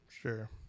Sure